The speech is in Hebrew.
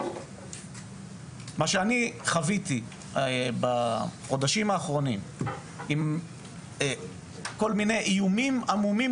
מה שחוויתי בחודשים האחרונים עם איומים עמומים